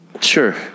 sure